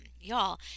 Y'all